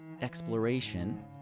exploration